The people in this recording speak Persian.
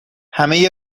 همه